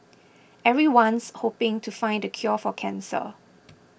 everyone's hoping to find the cure for cancer